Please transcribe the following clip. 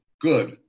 Good